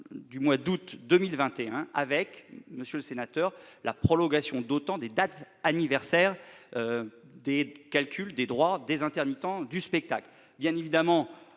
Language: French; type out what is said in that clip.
du mois d'août 2021, ainsi que, monsieur le sénateur, le report d'autant des dates anniversaires des calculs des droits des intermittents du spectacle. Les modalités